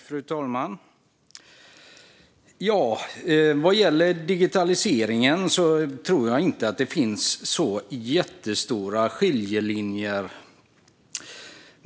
Fru talman! När det gäller digitaliseringen tror jag inte att det finns så jättestora skiljelinjer.